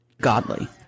godly